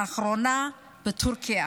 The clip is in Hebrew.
לאחרונה בטורקיה.